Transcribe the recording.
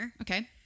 Okay